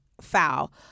foul